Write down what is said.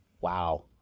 Wow